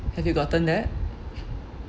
have you gotten that